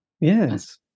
Yes